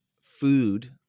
food